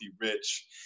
rich